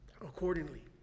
accordingly